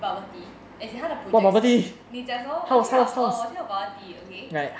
bubble tea as in 他的 project 你讲什么我听到 oh 我听到 bubble tea oh okay